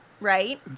right